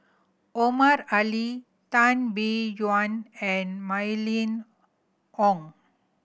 Omar Ali Tan Biyun and Mylene Ong